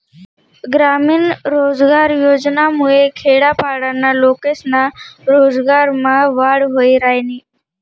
ग्रामीण रोजगार योजनामुये खेडापाडाना लोकेस्ना रोजगारमा वाढ व्हयी रायनी